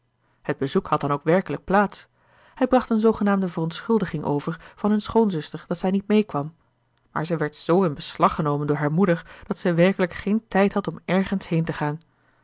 het bezoek had dan ook werkelijk plaats hij bracht een zoogenaamde verontschuldiging over van hun schoonzuster dat zij niet meekwam maar zij werd zoo in beslag genomen door haar moeder dat ze werkelijk geen tijd had om ergens heen te gaan